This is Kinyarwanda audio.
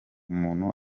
umuntu